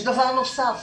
יש דבר נוסף,